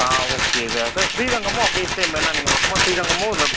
ஆ okay sir sir ஸ்ரீரங்கமும் அப்படியே same என்ன நீங்கள் மொத்தமாக ஸ்ரீரங்கமும்